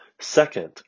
Second